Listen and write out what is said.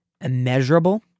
immeasurable